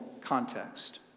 context